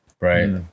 right